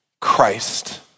Christ